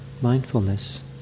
mindfulness